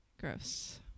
Gross